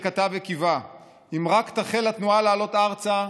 הרצל כתב וקיווה כי "אם רק תחל התנועה" לעלות ארצה,